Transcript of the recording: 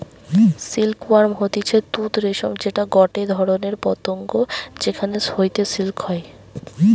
silk worm হতিছে তুত রেশম যেটা গটে ধরণের পতঙ্গ যেখান হইতে সিল্ক হয়